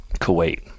kuwait